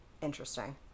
Interesting